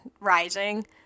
rising